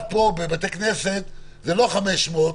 פה בבתי כנסת זה לא 500,